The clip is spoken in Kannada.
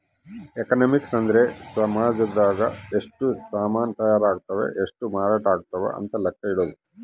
ಎಕನಾಮಿಕ್ಸ್ ಅಂದ್ರ ಸಾಮಜದಾಗ ಎಷ್ಟ ಸಾಮನ್ ತಾಯರ್ ಅಗ್ತವ್ ಎಷ್ಟ ಮಾರಾಟ ಅಗ್ತವ್ ಅಂತ ಲೆಕ್ಕ ಇಡೊದು